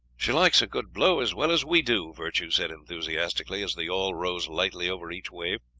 she likes a good blow as well as we do, virtue said enthusiastically, as the yawl rose lightly over each wave.